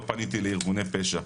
לא פניתי לארגוני פשע,